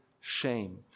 shame